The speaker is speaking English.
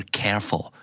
careful